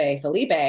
Felipe